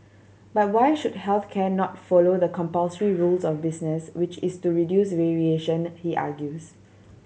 but why should health care not follow the compulsory rule of business which is to reduce variation he argues